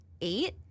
eight